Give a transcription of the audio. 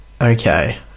Okay